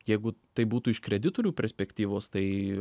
jeigu tai būtų iš kreditorių perspektyvos tai